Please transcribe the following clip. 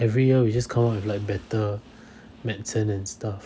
every year we just come out with like better medicine and stuff